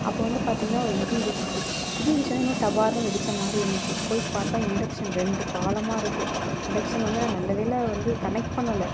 அப்போ வந்து பார்த்திங்கனா ஒரு இடி இடிச்சிச்சு இடி இடிச்சு ஒடனே என்னவோ டபாருன்னு வெடிச்ச மாதிரி இருந்துச்சு போய் பார்த்தா இண்டக்ஷன் ரெண்டு பாலமாக இருக்கு இண்டக்ஷன் வந்து நா நல்ல வேளை வந்து கனெக்ட் பண்ணலை